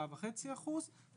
4.5 אחוזים,